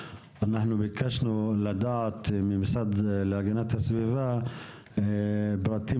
אנחנו ביקשנו לדעת מהמשרד להגנת הסביבה פרטים